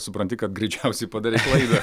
supranti kad greičiausiai padarei klaidą